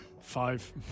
Five